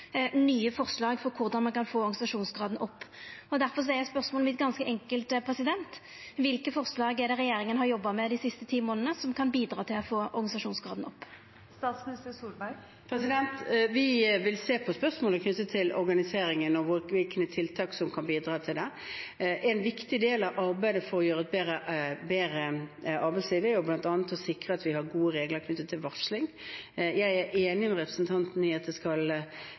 nye forslag om korleis me kan få organisasjonsgraden opp. Difor er spørsmålet mitt ganske enkelt: Kva forslag er det regjeringa har jobba med dei siste ti månadene som kan bidra til å få organisasjonsgraden opp? Vi vil se på spørsmålet knyttet til organiseringen og hvilke tiltak som kan bidra til dette. En viktig del av arbeidet for å skape et bedre arbeidsliv er jo bl.a. å sikre at vi har gode regler knyttet til varsling. Jeg er enig med representanten i at man må være tydelig på at det